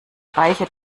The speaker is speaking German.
reiche